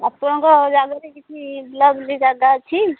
ଆପଣଙ୍କ ଜାଗାରେ କିଛି ବୁଲା ବୁଲି ଜାଗା ଅଛି